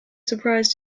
surprise